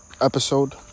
episode